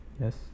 Yes